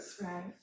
right